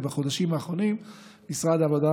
ובחודשים האחרונים משרד העבודה,